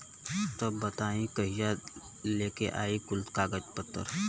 तब बताई कहिया लेके आई कुल कागज पतर?